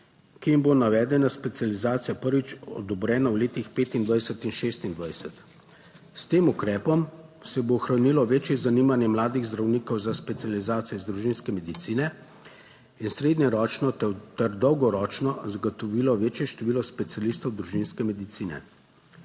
ki jim bo navedena specializacija prvič odobrena v letih 2025 in 2026. S tem ukrepom se bo ohranilo večje zanimanje mladih zdravnikov za specializacijo iz družinske medicine in srednjeročno ter dolgoročno zagotovilo večje število specialistov družinske medicine.